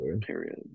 period